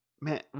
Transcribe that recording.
man